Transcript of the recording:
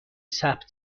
ثبت